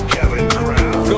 Kevin